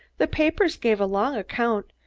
the papers gave a long account,